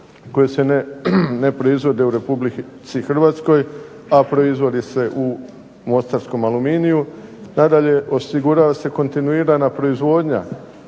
koji se ne proizvodi u RH, a proizvodi se u MOstarskom Aluminiju. Nadalje, osigurava se kontinuirana proizvodnja